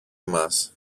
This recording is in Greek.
μας